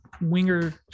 winger